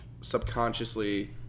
subconsciously